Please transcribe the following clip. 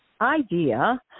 idea